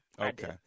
Okay